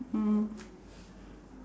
mm